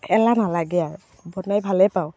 এলাহ নেলাগে আৰু বনাই ভালে পাওঁ